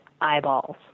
eyeballs